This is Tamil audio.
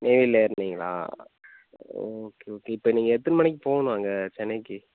நெய்வேலியில் ஏறுனிங்களா ஓகே ஓகே இப்போ நீங்கள் எத்தனை மணிக்கு போவணும் அங்கே சென்னைக்கு